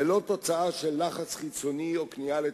ולא תוצאה של לחץ חיצוני או כניעה לתכתיב.